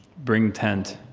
bring tent.